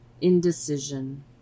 indecision